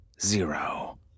zero